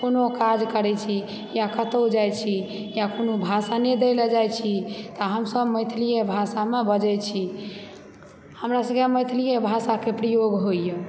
कोनो काज करै छी या कतहुँ जाइ छी या कोनो भाषणे दए ला जाइ छी तऽ हमसब मैथलिए भाषामे बाजै छी हमरा सबके मैथलिए भाषाके प्रयोग होइया